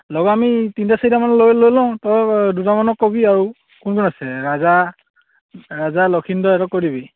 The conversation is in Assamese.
লগৰ আমি তিনিটা চাৰিটামান লৈ লৈ লওঁ তই দুজনমানক ক'বি আৰু কোন কোন আছে ৰাজা ৰাজা লখিন্দৰ এহেঁতক কৈ দিবি